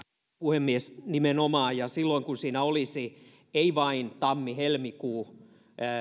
puhemies nimenomaan ja silloin kun siinä ei olisi vain tammi helmikuu